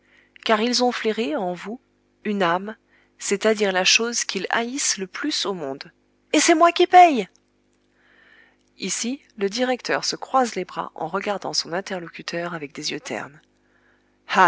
car ils ont flairé en vous une âme c'est-à-dire la chose qu'ils haïssent le plus au monde et c'est moi qui paye